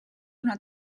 una